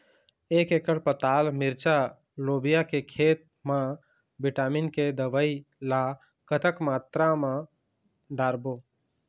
एक एकड़ पताल मिरचा लोबिया के खेत मा विटामिन के दवई ला कतक मात्रा म डारबो?